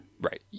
Right